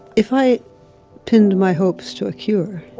if i pinned my hopes to a cure,